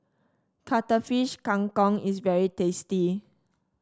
Cuttlefish Kang Kong is very tasty